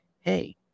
hey